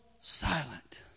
silent